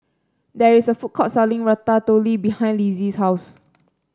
there is a food court selling Ratatouille behind Litzy's house